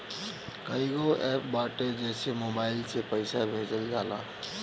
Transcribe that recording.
कईगो एप्प बाटे जेसे मोबाईल से पईसा भेजल जाला